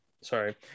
Sorry